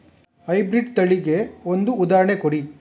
High breed ತಳಿಗೆ ಒಂದು ಉದಾಹರಣೆ ಕೊಡಿ?